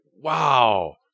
wow